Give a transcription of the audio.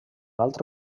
altre